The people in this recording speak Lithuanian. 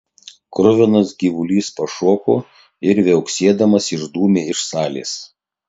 kruvinas gyvulys pašoko ir viauksėdamas išdūmė iš salės